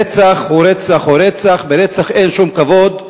רצח הוא רצח הוא רצח, ברצח אין שום כבוד,